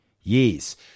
Yes